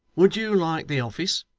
would you like the office?